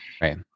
right